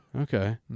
Okay